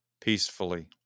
peacefully